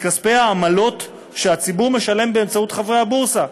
מכספי העמלות שהציבור משלם באמצעות חברי הבורסה.